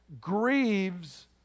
grieves